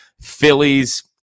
Phillies